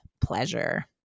pleasure